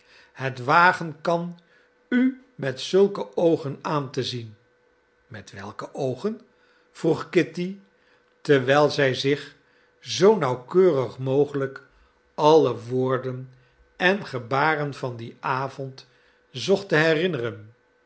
het wagen kan u met zulke oogen aan te zien met welke oogen vroeg kitty terwijl zij zich zoo nauwkeurig mogelijk alle woorden en gebaren van dien avond zocht te herinneren